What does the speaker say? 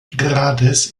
grades